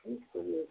ठीक चलिए